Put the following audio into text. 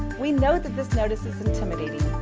we know that this notice is intimidating.